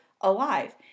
alive